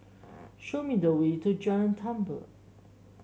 show me the way to Jalan Tambur